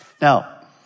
Now